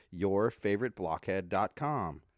yourfavoriteblockhead.com